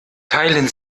teilen